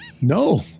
No